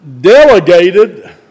Delegated